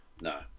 No